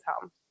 home